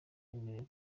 yemerewe